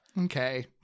okay